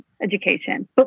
education